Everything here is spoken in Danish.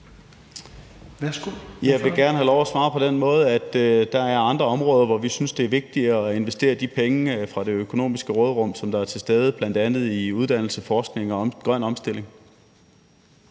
Jeg vil gerne have lov at svare på den måde, at der er andre områder, hvor vi synes det er vigtigere at investere de penge fra det økonomiske råderum, som der er til stede – bl.a. i uddannelse, forskning og grøn omstilling.